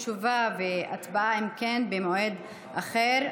אם כן, תשובה והצבעה במועד אחר.